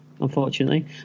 unfortunately